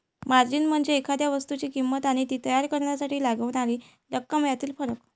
margin म्हणजे एखाद्या वस्तूची किंमत आणि ती तयार करण्यासाठी लागणारी रक्कम यातील फरक